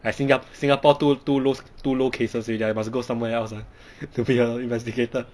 like 新加 singapore too too lose too low cases already lah must go somewhere else lah to be an investigator